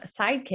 sidekick